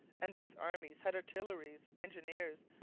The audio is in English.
and these armies had artillery, engineers,